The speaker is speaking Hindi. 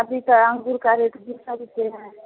अभी तो अंगूर का रेट दो सौ रुपये है